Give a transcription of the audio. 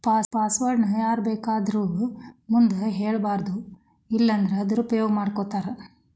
password ನ ಯಾರ್ಬೇಕಾದೊರ್ ಮುಂದ ಹೆಳ್ಬಾರದು ಇಲ್ಲನ್ದ್ರ ದುರುಪಯೊಗ ಮಾಡ್ಕೊತಾರ